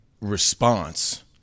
response